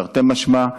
תרתי משמע.